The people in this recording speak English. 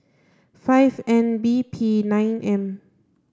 five N B P nine M